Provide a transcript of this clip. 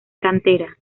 cantera